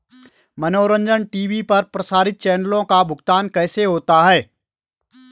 मनोरंजन टी.वी पर प्रसारित चैनलों का भुगतान कैसे होता है?